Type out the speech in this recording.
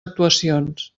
actuacions